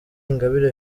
ingabire